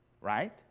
right